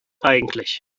eigentlich